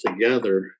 together